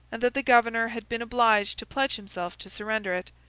and that the governor had been obliged to pledge himself to surrender it,